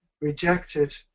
rejected